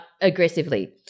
aggressively